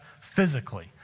physically